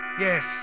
Yes